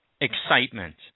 excitement